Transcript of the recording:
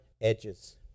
edges